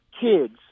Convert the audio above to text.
kids